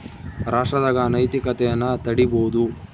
ರಾಷ್ಟ್ರದಾಗ ಅನೈತಿಕತೆನ ತಡೀಬೋದು